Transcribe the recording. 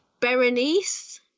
Berenice